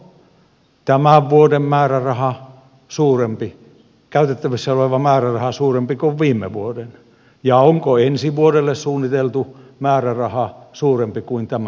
onko tämän vuoden käytettävissä oleva määräraha suurempi kuin viime vuoden ja onko ensi vuodelle suunniteltu määräraha suurempi kuin tämän vuoden